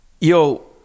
Yo